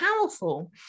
powerful